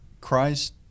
Christ